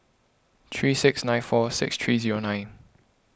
three six nine four six three zero nine